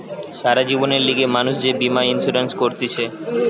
সারা জীবনের লিগে মানুষ যে বীমা ইন্সুরেন্স করতিছে